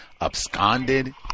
absconded